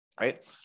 right